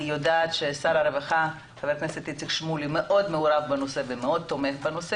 אני יודעת ששר הרווחה איציק שמולי מאוד מעורב בנושא ומאוד תומך בו.